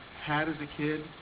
had as a kid,